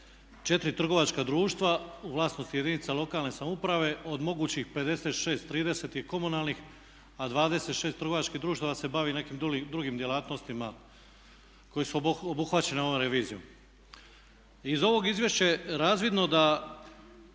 su 4 trgovačka društva u vlasništvu jedinica lokalne samouprave od mogućih 56, 30 je komunalnih, a 26 trgovačkih društava se bavi nekim drugim djelatnostima koje su obuhvaćene ovom revizijom. Iz ovog izvješća je razvidno da